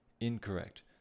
incorrect